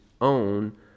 own